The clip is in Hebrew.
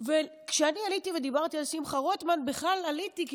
כשאני עליתי ודיברתי על שמחה רוטמן בכלל עליתי כי